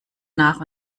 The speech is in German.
nach